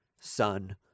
son